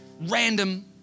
random